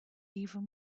even